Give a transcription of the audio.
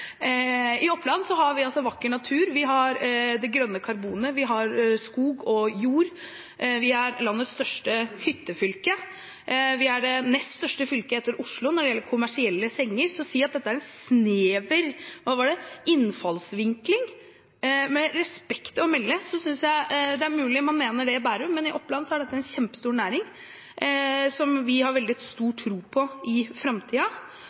I Oppland har vi vakker natur, vi har det grønne karbonet, vi har skog og jord, vi er landets største hyttefylke, vi er det nest største fylket, etter Oslo, når det gjelder kommersielle senger. Med respekt å melde: Når man sier at dette er en «snever innfallsvinkel», er det mulig man mener det i Bærum, men i Oppland er dette en kjempestor næring som vi har veldig stor tro på i